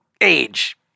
age